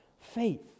faith